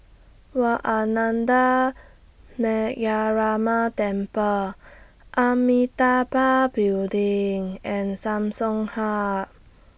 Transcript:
Wat Ananda Metyarama Temple Amitabha Building and Samsung Hub